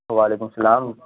وعلیکم اسلام